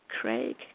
Craig